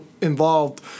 involved